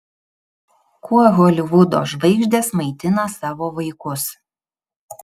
kuo holivudo žvaigždės maitina savo vaikus